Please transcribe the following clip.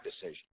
decision